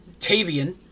Tavian